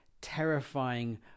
terrifying